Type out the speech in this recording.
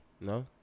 No